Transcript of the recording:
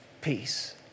peace